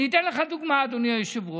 אני אתן לך דוגמה, אדוני היושב-ראש.